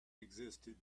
existed